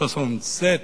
soixante-sept,